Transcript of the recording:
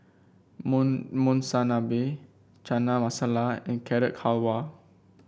Monsunabe Chana Masala and Carrot Halwa